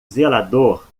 zelador